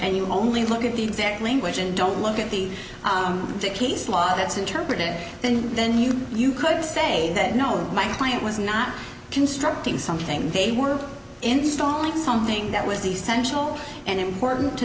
and you only look at the exact language and don't look at the tickets law that's interpret it and then you you could say that no my client was not constructing something they were installing something that was essential and important to